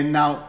now